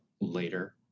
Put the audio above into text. later